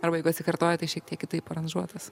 arba jeigu atsikartoja tai šiek tiek kitaip aranžuotas